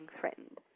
threatened